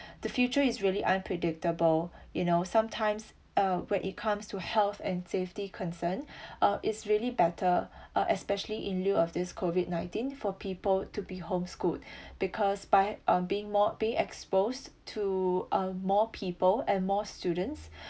the future it's really unpredictable you know sometimes uh when it comes to health and safety concern uh it's really better uh especially in lieu of this COVID nineteen for people to be home schooled because by um being more being exposed to uh more people and more students